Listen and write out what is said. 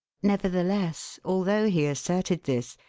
nevertheless, although he asserted this,